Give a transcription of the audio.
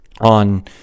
on